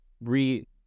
re